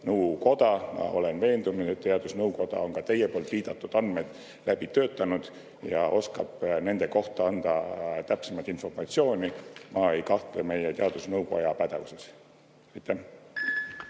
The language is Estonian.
teadusnõukoda. Ma olen veendunud, et teadusnõukoda on ka teie viidatud andmed läbi töötanud ja oskab nende kohta täpsemat informatsiooni anda. Ma ei kahtle meie teadusnõukoja pädevuses. Aitäh,